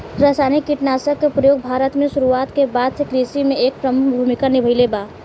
रासायनिक कीटनाशक के प्रयोग भारत में शुरुआत के बाद से कृषि में एक प्रमुख भूमिका निभाइले बा